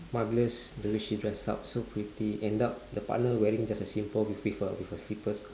marvellous the way she dress up so pretty end up the partner wearing just a simple with a with a slippers